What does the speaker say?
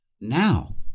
now